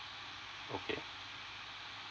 okay